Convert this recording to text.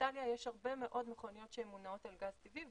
באיטליה יש הרבה מאוד מכוניות שמונעות על גז טבעי,